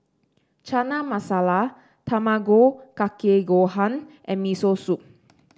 Chana Masala Tamago Kake Gohan and Miso Soup